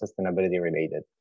sustainability-related